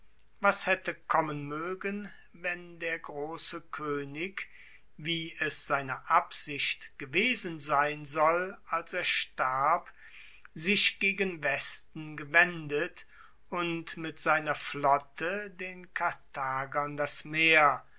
was haette kommen moegen wenn der grosse koenig wie es seine absicht gewesen sein soll als er starb sich gegen westen gewendet und mit seiner flotte den karthagern das meer